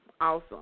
Awesome